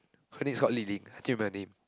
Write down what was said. her name is called Li-Ling I still remember the name